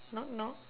knock knock